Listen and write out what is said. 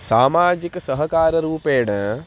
सामाजिक सहकाररूपेण